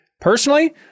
Personally